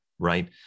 Right